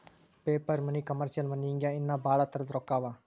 paper money, commercial money ಹಿಂಗೆ ಇನ್ನಾ ಭಾಳ್ ತರದ್ ರೊಕ್ಕಾ ಅವಾ